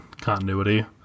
continuity